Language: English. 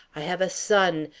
i have a son,